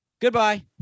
Goodbye